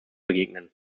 begegnen